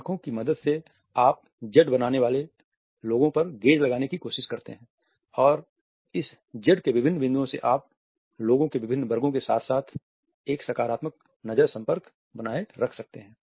आंखों की मदद से आप जेड बनाने वाले लोगों पर गेज़ लगाने की कोशिश करते हैं और इस जेड के विभिन्न बिंदुओं से आप लोगों के विभिन्न वर्गों के साथ एक सकारात्मक नजर संपर्क बनाए रख सकते हैं